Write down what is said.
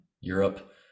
Europe